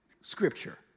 scripture